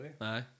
aye